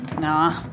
Nah